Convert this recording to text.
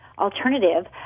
alternative